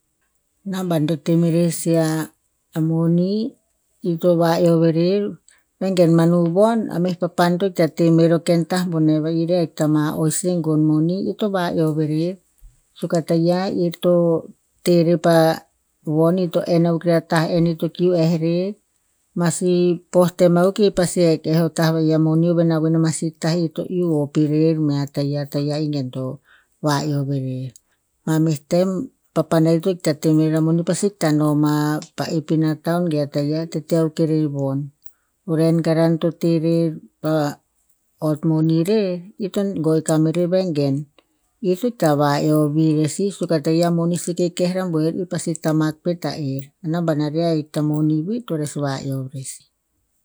Naban to merer si a- a moni. Ir to va'eov erer vegen manu von, a meh papan to hikta te merer o ken tah boneh va'ih ir e ahik ta o i se gon moni i to va'eov erer. Suk a tayiah ir to, te rer pa, von ito en akuk rer a tah en i to kiu eh rer. Masi poh tem akuk ir pasi hek eh a tah va'ih a moni oven a voen ama si tah ito iu hop irer mea tayiah tayiah i gen to va'eov erer. Mameh tem, papan to hikta te merer a moni pasi hikta no ma pa ep ina taon ge a tayiah i to te akuk erer von. O ren karan to te rer ot moni rer, ito go i kam erer vegen, ir to hikta va'eov vir rer sih suk a tayiah moni seke keh rabuer i pasi tamak pet a er. Naban arih ahik ta moni vir to res va'eov rer sih.